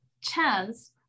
chance